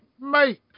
mate